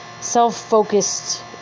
self-focused